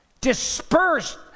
dispersed